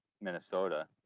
Minnesota